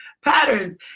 patterns